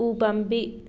ꯎꯄꯥꯝꯕꯤ